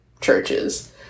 churches